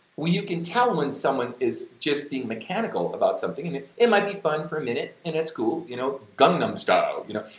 where you can tell when someone is just being mechanical about something, and it it might be fun for a minute and it's cool, you know, gangnam style, you know.